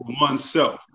oneself